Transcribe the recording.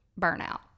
burnout